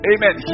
Amen